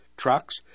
trucks